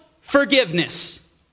forgiveness